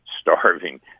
starving